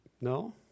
No